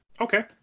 okay